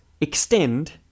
extend